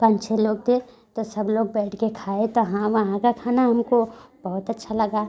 पाँच छः लोग थे तो सब लोग बैठ के खाए तो हाँ वहाँ का खाना हमको बहुत अच्छा लगा